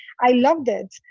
i loved it.